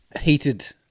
Heated